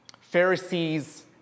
Pharisees